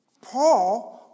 Paul